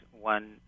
one